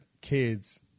kids